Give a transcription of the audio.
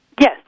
Yes